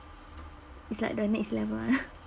it's like the next level one